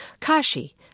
Kashi